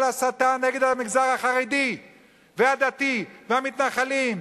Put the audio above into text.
הסתה נגד המגזר החרדי והדתי והמתנחלים.